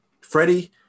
freddie